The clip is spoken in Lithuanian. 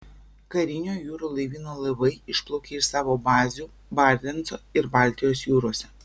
karinio jūrų laivyno laivai išplaukė iš savo bazių barenco ir baltijos jūrose